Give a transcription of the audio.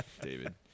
David